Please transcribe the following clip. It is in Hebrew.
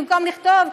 ובמקום לכתוב,